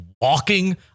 walking